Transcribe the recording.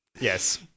yes